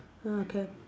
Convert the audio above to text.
okay